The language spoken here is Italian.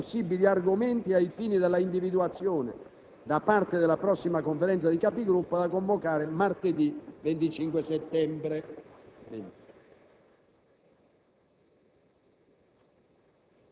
per tempo alla Presidenza i possibili argomenti, ai fini della individuazione da parte della prossima Conferenza dei Capogruppo, da convocare martedì 25 settembre.